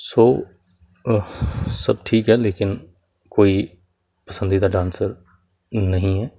ਸੋ ਸਭ ਠੀਕ ਹੈ ਲੇਕਿਨ ਕੋਈ ਪਸੰਦੀਦਾ ਡਾਂਸਰ ਨਹੀਂ ਹੈ